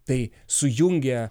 tai sujungę